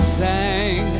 sang